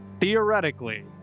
theoretically